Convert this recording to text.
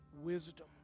wisdom